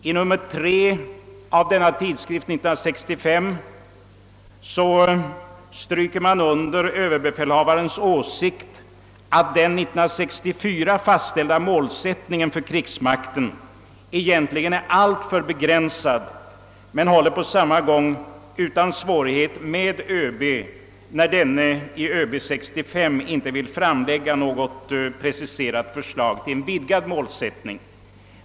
I nr 3/1965 av denna tidskrift understryker man överbefälhavarens åsikt att den år 1964 fastställda målsättningen för krigsmakten egentligen är alltför begränsad, men man anser sig på samma gång utan svårighet kunna ställa sig bakom ÖB när denne i öB 65 inte vill framlägga något preciserat förslag till en vidgad målsättning.